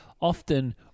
often